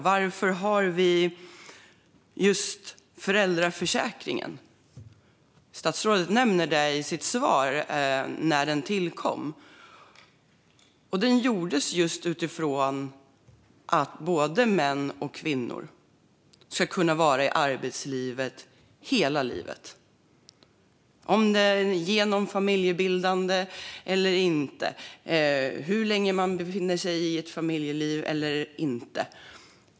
Varför har vi just föräldraförsäkringen? Statsrådet nämnde i sitt svar när den tillkom. Den utformades för att både män och kvinnor ska kunna vara i arbetslivet hela livet - genom familjebildande och inte och under tiden man befinner sig i ett familjeliv och inte.